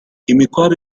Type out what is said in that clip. imikwabu